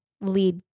lead